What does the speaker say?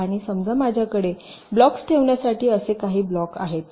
आणि समजा माझ्याकडे ब्लॉक्स ठेवण्यासाठी काही असे ब्लॉक आहेत